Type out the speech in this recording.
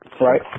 Right